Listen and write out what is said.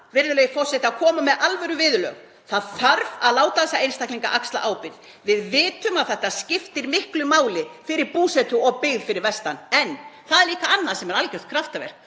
virðulegi forseti, að koma með alvöru viðurlög. Það þarf að láta þessa einstaklinga axla ábyrgð. Við vitum að þetta skiptir miklu máli fyrir búsetu og byggð fyrir vestan en það er líka annað sem er algjört kraftaverk